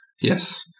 Yes